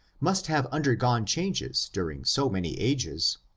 must have undergone changes during so many ages,